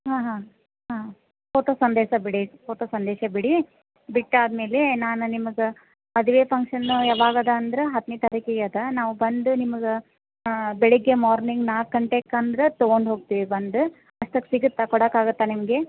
ಹಾಂ ಹಾಂ ಹಾಂ ಫೋಟೋ ಸಂದೇಶ ಬಿಡಿ ಫೋಟೋ ಸಂದೇಶ ಬಿಡಿ ಬಿಟ್ಟು ಆದ್ಮೇಲೆ ನಾನು ನಿಮ್ಗೆ ಮದುವೆ ಫಂಕ್ಷನ್ ಯಾವಾಗ ಅದ ಅಂದ್ರೆ ಹತ್ತನೆ ತಾರೀಕಿಗೆ ಅದೆ ನಾವು ಬಂದು ನಿಮ್ಗೆ ಬೆಳಿಗ್ಗೆ ಮೊರ್ನಿಂಗ್ ನಾಲ್ಕು ಗಂಟೆಕ ಅಂದ್ರೆ ತೊಗೊಂಡು ಹೋಗ್ತಿವಿ ಬಂದು ಅಷ್ಟೊತ್ತು ಸಿಗುತ್ತಾ ಕೊಡೋಕಾಗತ್ತಾ ನಿಮಗೆ